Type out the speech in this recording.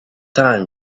time